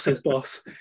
boss